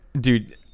dude